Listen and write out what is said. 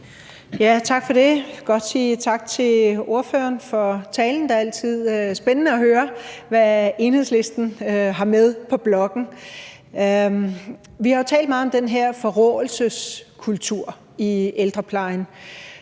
Tak for det. Jeg vil godt sige tak til ordføreren for talen. Det er altid spændende at høre, hvad Enhedslisten har med på blokken. Vi har jo talt meget om den her forråelseskulptur i ældreplejen.